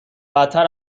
بدتر